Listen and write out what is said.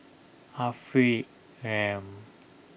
Afiq M